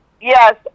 Yes